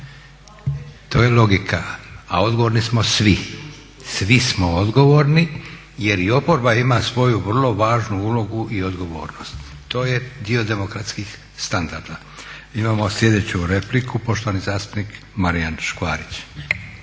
To je logika. A odgovorni smo svi, svi smo odgovorni jer i oporba ima svoju vrlo važnu ulogu i odgovornost. To je dio demokratskih standarda. Imamo sljedeću repliku, poštovani zastupnik Marijan Škvarić.